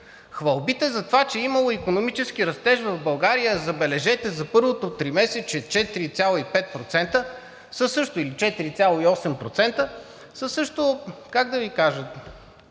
Хвалбите за това, че имало икономически растеж в България, забележете, за първото тримесечие 4,5% или 4,8%, са също, как да Ви кажа,